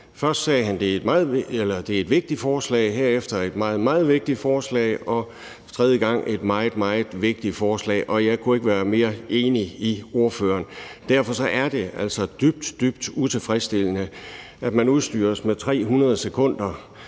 Først sagde han, at det er et vigtigt forslag, herefter, at det er et meget, meget vigtigt forslag, og tredje gang, at det er et meget, meget vigtigt forslag, og jeg kunne ikke være mere enig med ordføreren. Derfor er det altså dybt, dybt utilfredsstillende, at man udstyres med 300 sekunder